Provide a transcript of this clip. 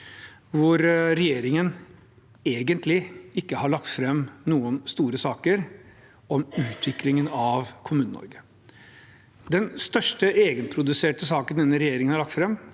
hvor regjeringen egentlig ikke har lagt fram noen store saker om utviklingen av Kommune-Norge. Den største egenproduserte saken denne regjeringen har lagt fram,